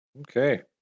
Okay